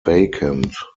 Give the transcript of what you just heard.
vacant